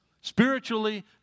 Spiritually